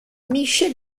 michel